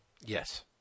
Yes